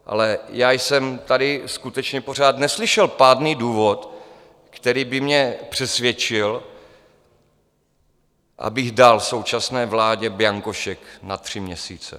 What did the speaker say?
Ale já jsem tady skutečně pořád neslyšel pádný důvod, který by mě přesvědčil, abych dal současné vládě bianko šek na tři měsíce.